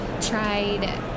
tried